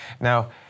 Now